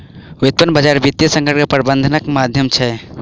व्युत्पन्न बजार वित्तीय संकट के प्रबंधनक माध्यम छै